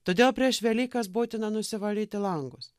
todėl prieš velykas būtina nusivalyti langus